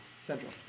Central